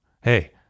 Hey